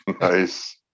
Nice